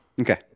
Okay